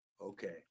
Okay